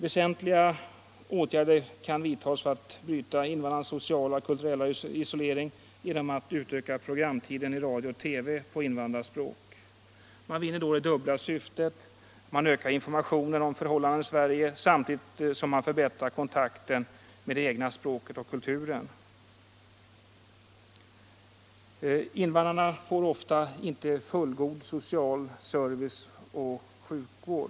Väsentliga åtgärder kan vidtas för att bryta invandrarnas sociala och kulturella isolering genom att programtiden i radio och TV på invandrarspråk utökas. Därigenom vinns det dubbla syftet att informationen om förhållanden i Sverige ökar samtidigt som invandrarnas kontakt med det egna språket och kulturen förbättras. Invandrarna får ofta inte heller fullgod social service och sjukvård.